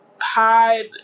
hide